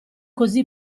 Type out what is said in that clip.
così